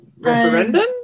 Referendum